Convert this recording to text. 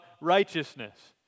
righteousness